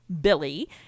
Billy